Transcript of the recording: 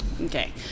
Okay